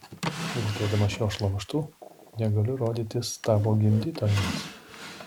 vilkėdama šiuo šlamštu negaliu rodytis tavo gimdytojams